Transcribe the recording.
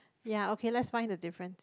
ya okay let's find the difference